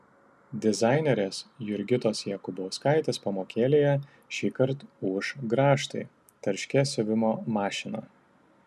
dizainerės jurgitos jakubauskaitės pamokėlėje šįkart ūš grąžtai tarškės siuvimo mašina